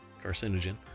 carcinogen